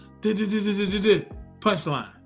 punchline